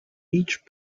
each